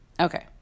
okay